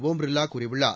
ஒம் பிர்லா கூறியுள்ளார்